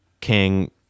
King